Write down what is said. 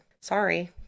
sorry